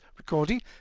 recording